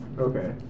Okay